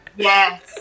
Yes